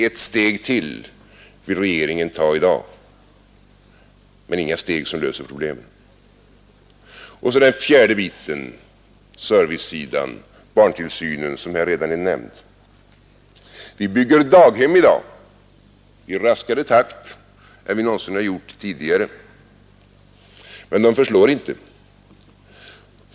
Ett steg till vill regeringen ta i dag, men inga steg som löser problemen. 4. Servicesidan — barntillsynen — som redan är nämnd är den fjärde biten. Vi bygger daghem i dag i raskare takt än vi någonsin tidigare gjort. Men de förslår inte.